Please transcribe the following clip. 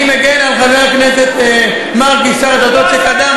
אני מגן על חבר הכנסת מרגי, שר הדתות שקדם